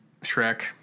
Shrek